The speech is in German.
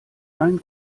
dein